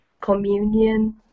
communion